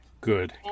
Good